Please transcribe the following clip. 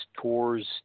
tours